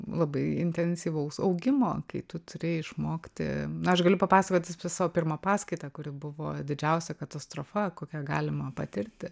labai intensyvaus augimo kai tu turi išmokti na aš galiu papasakoti apie savo pirmą paskaitą kuri buvo didžiausia katastrofa kokią galima patirti